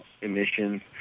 emissions